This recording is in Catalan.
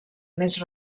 més